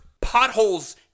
Potholes